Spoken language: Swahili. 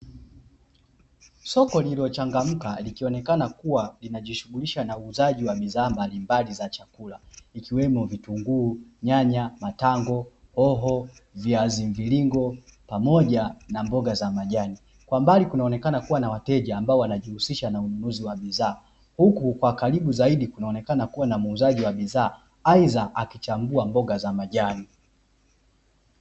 Soko lilichangamka likionekana kuwa linajishughulisha na uuzaji wa bidhaa mbalimbali za chakula, ikiwemo: vitunguu, nyanya, matango, hoho, viazi mviringo pamoja na mboga za majani. Kwa mbali kunaonekana kuwa na wateja ambao wanajihusisha na ununuzi wa bidhaa. Huku kwa karibu zaidi kunaonekana kuwa na muuzaji wa bidhaa aidha akichambua mboga za majani.